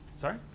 Sorry